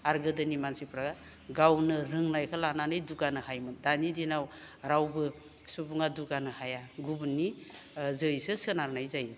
आरो गोदोनि मानसिफ्रा गावनो रोंनायखो लानानै दुगानो हायोमोन दानि दिनाव रावबो सुबुङा दुगानो हाया गुबुननि ओ जोरैसो सोनारनाय जायो